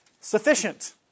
sufficient